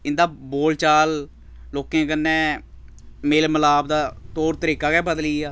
इं'दा बोल चाल लोकें कन्नै मेल मलाप दा तौर तरीका गै बदली गेआ